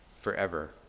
forever